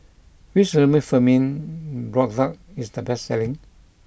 which Remifemin product is the best selling